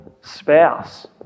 spouse